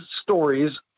stories